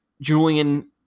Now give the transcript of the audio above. Julian